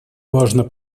важно